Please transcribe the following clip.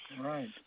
right